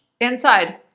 Inside